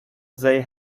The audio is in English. they